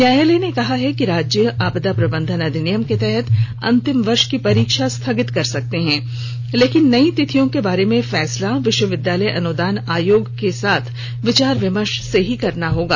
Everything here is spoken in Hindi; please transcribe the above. न्यायालय ने कहा है कि राज्य आपदा प्रबंधन अधिनियम के तहत अंतिम वर्ष की परीक्षा स्थगित कर सकते हैं लेकिन नई तिथियों के बारे में फैसला विश्वविद्यालय अनुदान आयोग के साथ विचार विमर्श से ही करना होगा